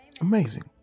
Amazing